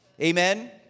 Amen